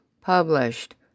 published